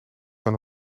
kan